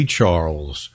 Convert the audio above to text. Charles